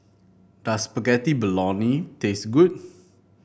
does Spaghetti Bolognese taste good